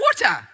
water